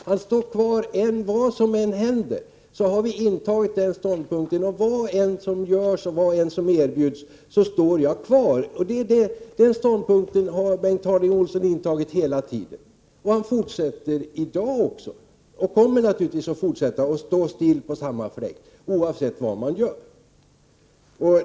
Han står kvar vad som än händer. Vad som än görs och erbjuds så står han kvar. Den ståndpunkten har Bengt Harding Olson intagit hela tiden. Han fortsätter på samma sätt i dag och kommer naturligtvis att fortsätta att stå på samma fläck oavsett vad vi gör.